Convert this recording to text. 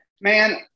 Man